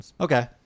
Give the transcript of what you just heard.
Okay